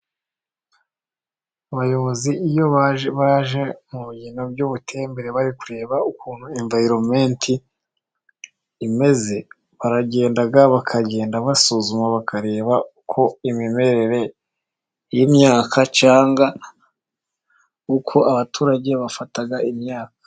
Abayobozi iyo baje mu bintu by'ubutembere bari kureba ukuntu imvayironimenti imeze, baragenda bakagenda basuzuma bakareba uko imimerere y'imyaka, cyangwa uko abaturage bafata imyaka.